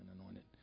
anointed